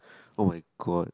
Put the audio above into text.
oh my god